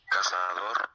Cazador